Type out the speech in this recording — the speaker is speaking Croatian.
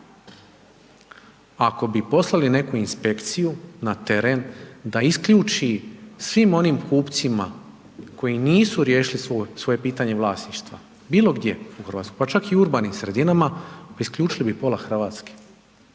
ako bi poslali neku inspekciju na teren, da isključi svim onim kupcima, koje nisu riješili svoje pitanje vlasništva, bilo gdje u Hrvatskoj, pa čak i u urbanim sredinama, pa isključili bi pola Hrvatske.